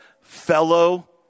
fellow